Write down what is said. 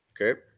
Okay